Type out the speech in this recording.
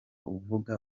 uvuga